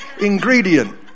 ingredient